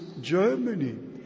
Germany